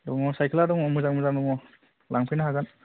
दङ साइखेल आ दङ मोजां मोजां दङ लांफैनो हागोन